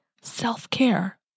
self-care